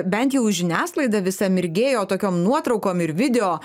bent jau žiniasklaida visa mirgėjo tokiom nuotraukom ir video